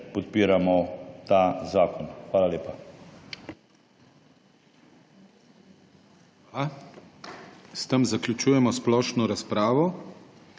podpiramo ta zakon. Hvala lepa.